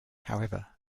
however